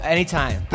Anytime